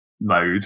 mode